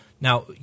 Now